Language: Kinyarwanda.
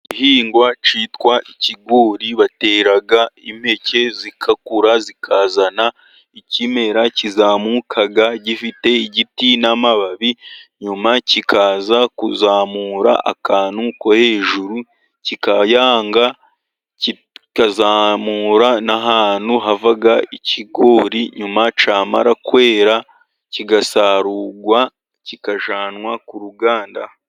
Igihingwa cyitwa ikigori batera impeke zigakura, zikazana ikimera kizamuka gifite igiti n'amababi, nyuma kikaza kuzamura akantu ko hejuru kikayanga, kikazamura n'ahantu hava ikigori, nyuma cyamara kwera kigasarurwa kikajyanwa ku ruganda.